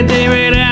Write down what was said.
David